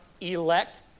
elect